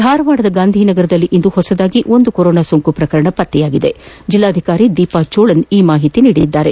ಧಾರವಾಡದ ಗಾಂಧಿನಗರದಲ್ಲಿ ಇಂದು ಹೊಸದಾಗಿ ಒಂದು ಕೊರೋನಾ ಸೋಂಕು ಪ್ರಕರಣ ಪತ್ತೆಯಾಗಿದೆ ಎಂದು ಜಿಲ್ಲಾಧಿಕಾರಿ ದೀಪಾ ಚೋಳನ್ ತಿಳಿಸಿದ್ದಾರೆ